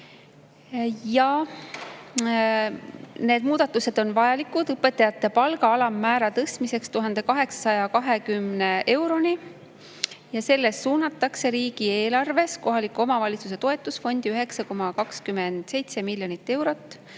Need muudatused on vajalikud õpetajate palga alammäära tõstmiseks 1820 euroni ja selleks suunatakse riigieelarvest kohalike omavalitsuste toetusfondi 9,27 miljonit eurot.